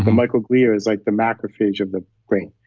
the microglial is like the macrophage of the brain.